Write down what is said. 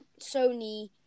Sony